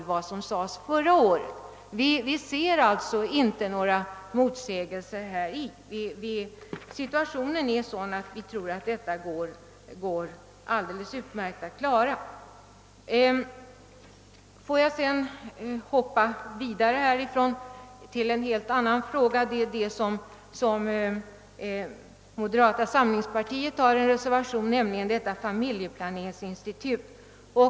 Vi ser inte några motsägelser där gentemot vad som sades förra året. Vi tror att det går alldeles utmärkt att klara av våra åtaganden. Sedan vill jag övergå till en annan fråga, nämligen till det familjeplaneringsinstitut som moderata samlingspartiet har motionerat om.